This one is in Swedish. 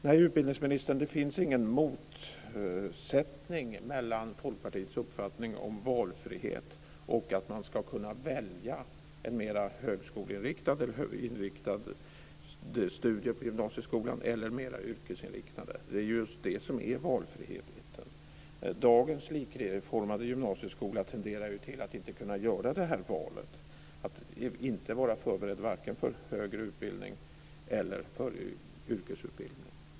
Nej, utbildningsministern, det finns ingen motsättning mellan Folkpartiets uppfattning om valfrihet och uppfattningen att man ska kunna välja mellan en mer högskoleinriktad gymnasieutbildning och en mer yrkesinriktad gymnasieutbildning. Det är just det som är valfrihet. I dagens likformade gymnasieskola tenderar man att inte kunna göra det här valet. Man blir inte förberedd vare sig för högre utbildning eller för yrkesutbildning.